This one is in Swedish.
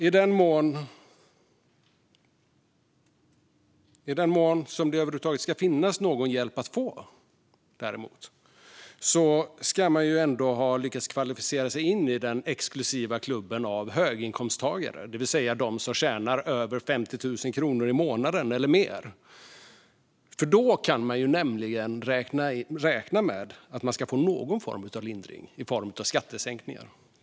I den mån det över huvud taget ska finnas någon hjälp att få, däremot, ska man ha lyckats kvalificera sig in i den exklusiva klubben av höginkomsttagare, det vill säga de som tjänar över 50 000 kronor i månaden. Då kan man nämligen räkna med att få någon form av lindring i form av skattesänkningar.